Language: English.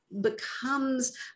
becomes